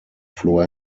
floh